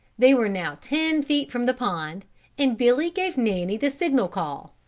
they were now ten feet from the pond and billy gave nanny the signal call,